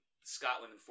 Scotland